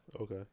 Okay